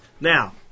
Now